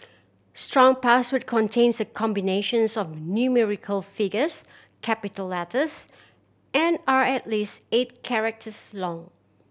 strong password contains a combinations of numerical figures capital letters and are at least eight characters long